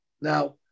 Now